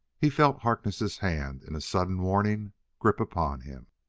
he felt harkness' hand in a sudden warning grip upon him.